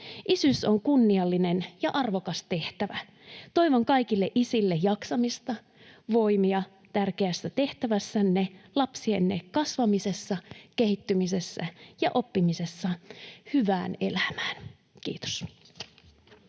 Isyys on kunniallinen ja arvokas tehtävä. Toivon kaikille isille jaksamista, voimia tärkeässä tehtävässänne lapsienne kasvamisessa, kehittymisessä ja oppimisessa hyvään elämään. — Kiitos.